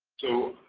so,